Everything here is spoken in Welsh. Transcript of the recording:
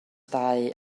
dau